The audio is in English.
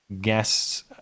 guests